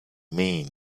mean